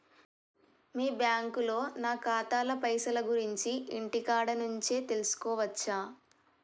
మీ బ్యాంకులో నా ఖాతాల పైసల గురించి ఇంటికాడ నుంచే తెలుసుకోవచ్చా?